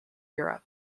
europe